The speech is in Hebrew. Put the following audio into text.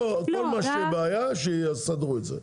לא, כל מה שבעיה, שיסדרו את זה.